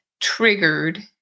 triggered